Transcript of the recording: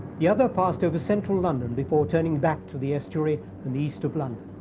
the other passed over central london before turning back to the estuary and the east of london.